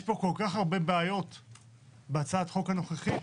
יש כל כך הרבה בעיות בהצעת החוק הנוכחית,